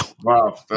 Wow